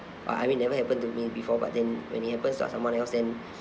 uh I mean never happen to me before but then when it happens to uh someone else then